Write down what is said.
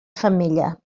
femella